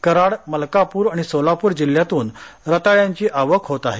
कराड मलकापूर आणि सोलापूर जिल्ह्यातून रताळांची आवक होत आहे